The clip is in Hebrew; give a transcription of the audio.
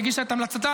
שהגישה את המלצתה,